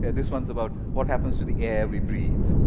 this one is about what happens to the air we breathe.